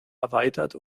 erweitert